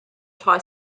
tie